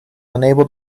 unable